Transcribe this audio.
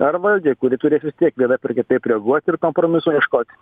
ar valdžiai kuri turės vis tiek vienaip ar kitaip reaguot ir kompromiso ieškot